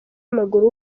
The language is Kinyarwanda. w’amaguru